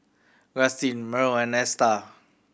Rustin Mearl and Esta